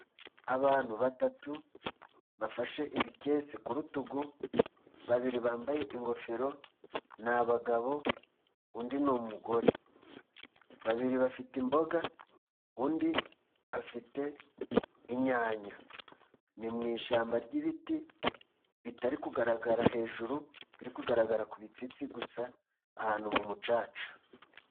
Abantu batatu bafashe ibikese ku rutugu babiri bambaye ingofero ni abagabo undi ni umugore. Babiri bafite imboga undi afite inyanya. Ni mu ishyamba ry'ibiti bitari kugaragara hejuru biri kugaragara ku bitsitsi gusa ahantu mu mucaca.